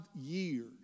years